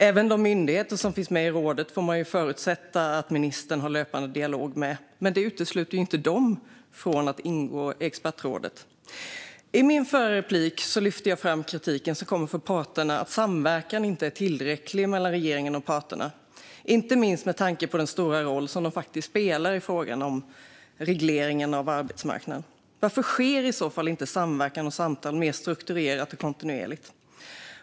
Även de myndigheter som finns med i rådet får vi ju förutsätta att ministern har löpande dialog med, men det utesluter inte dem från att ingå i expertrådet. I min förra replik lyfte jag fram den kritik som kommer från parterna om att samverkan inte är tillräcklig mellan regeringen och parterna, inte minst med tanke på den stora roll som de faktiskt spelar i frågan om regleringen av arbetsmarknaden. Varför sker i så fall inte samverkan och samtal mer strukturerat och kontinuerligt?